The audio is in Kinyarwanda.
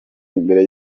imbere